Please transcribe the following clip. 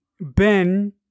Ben